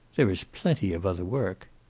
there is plenty of other work.